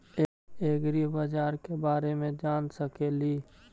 ऐग्रिबाजार के बारे मे जान सकेली?